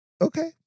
Okay